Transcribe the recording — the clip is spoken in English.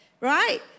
right